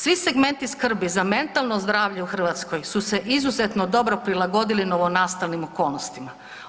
Svi segmenti skrbi za mentalno zdravlje u Hrvatskoj su se izuzetno dobro prilagodili novo nastalim okolnostima.